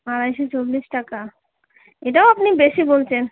আড়াইশো চল্লিশ টাকা এটাও আপনি বেশি বলছেন